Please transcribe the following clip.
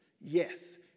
Yes